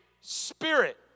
spirit